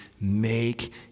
make